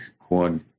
quad